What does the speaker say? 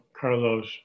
Carlos